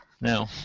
no